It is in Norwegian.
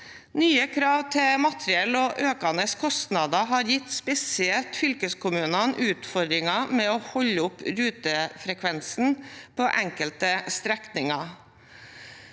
Nye krav til materiell og økende kostnader har gitt spesielt fylkeskommunene utfordringer med å holde oppe rutefrekvensen på enkelte strekninger.